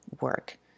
work